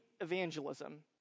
evangelism